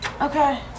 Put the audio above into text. Okay